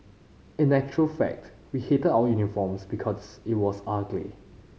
in actual fact we hated our uniforms because it was ugly